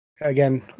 Again